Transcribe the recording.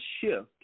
shift